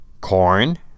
Corn